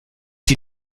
die